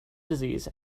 disease